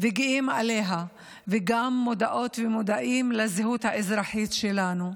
וגאים בה, וגם מודעות ומודעים לזהות האזרחית שלנו.